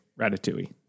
Ratatouille